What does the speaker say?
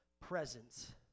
presence